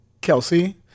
Kelsey